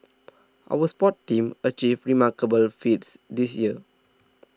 our sports teams have achieved remarkable feats this year